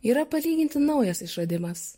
yra palyginti naujas išradimas